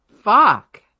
Fuck